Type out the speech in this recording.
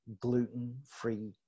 gluten-free